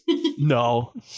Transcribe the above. No